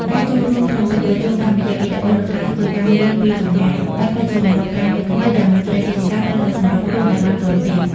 ការចូលរួមក្នុងកិច្ចប្រជុំតាមរយៈវីដេអូ និងការធ្វើការងារពីចម្ងាយ បានក្លាយជាទម្លាប់ការងារថ្មីដែលមន្ត្រីរាជការត្រូវតែសម្របខ្លួនឱ្យបានទាន់ពេល។